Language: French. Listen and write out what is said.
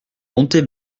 monter